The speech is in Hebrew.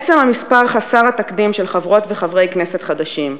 עצם המספר חסר התקדים של חברות וחברי כנסת חדשים,